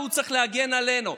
והוא צריך להגן עלינו.